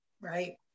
Right